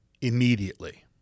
immediately